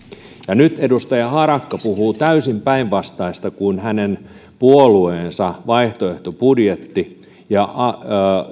asiaan nyt edustaja harakka puhuu täysin päinvastaista kuin hänen puolueensa vaihtoehtobudjetti ja